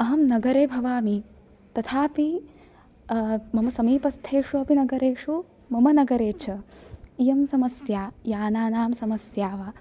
अहं नगरे भवामि तथापि मम समीपस्थेषु अपि नगरेषु मम नगरे च इयं समस्या यानानां समस्या वा